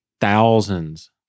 thousands